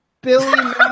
Billy